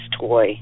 toy